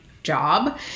job